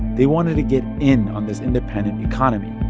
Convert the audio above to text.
they wanted to get in on this independent economy.